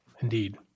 indeed